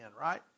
right